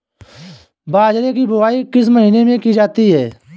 बाजरे की बुवाई किस महीने में की जाती है?